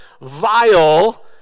vile